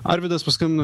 arvydas paskambino